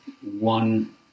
one